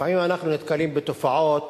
לפעמים אנחנו נתקלים בתופעות